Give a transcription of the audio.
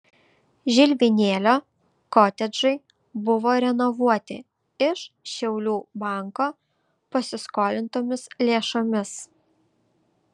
žilvinėlio kotedžai buvo renovuoti iš šiaulių banko pasiskolintomis lėšomis